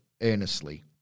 earnestly